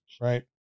Right